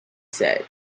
said